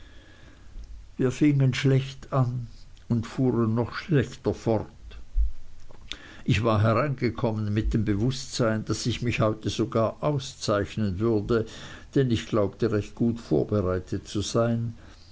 wir fingen schlecht an und fuhren noch schlechter fort ich war hereingekommen mit dem bewußtsein daß ich mich heute sogar auszeichnen würde denn ich glaubte recht gut vorbereitet zu sein